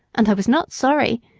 and i was not sorry.